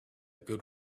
good